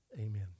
Amen